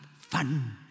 fun